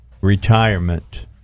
retirement